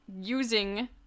using